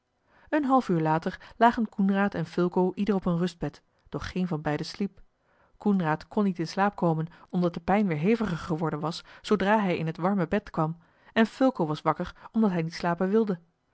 een half uur later lagen coenraad en fulco ieder op een rustbed doch geen van beiden sliep coenraad kon niet in slaap komen omdat de pijn weer heviger geworden was zoodra hij in het warme bed kwam en fulco was wakker omdat hij niet slapen wilde